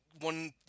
one